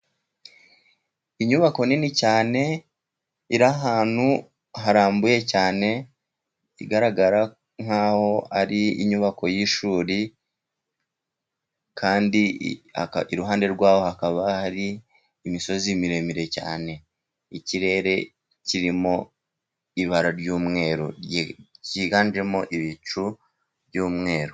Inyubako nini cyane, iri ahantu harambuye cyane, igaragara nk'aho ari inyubako y'ishuri kandi iruhande rwaho hakaba hari imisozi miremire cyane, ikirere kirimo ibara ry'umweru byiganjemo ibicu by'umweru.